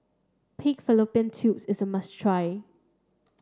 pig fallopian tubes is a must try